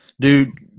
dude